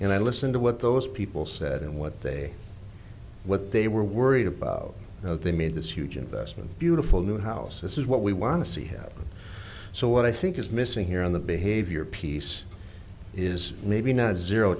and i listened to what those people said and what they what they were worried about they made this huge investment beautiful new house this is what we want to see him so what i think is missing here on the behavior piece is maybe not zero